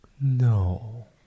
No